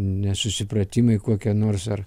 nesusipratimai kokia nors ar